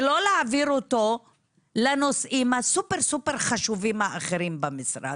ולא להעביר אותו לנושאים הסופר סופר חשובים במשרד.